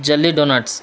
jelly donuts